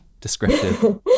descriptive